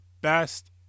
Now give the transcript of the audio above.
best